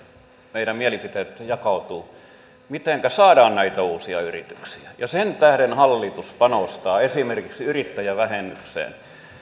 meidän mielipiteemme jakautuvat mitenkä saadaan näitä uusia yrityksiä sen tähden hallitus panostaa esimerkiksi yrittäjävähennykseen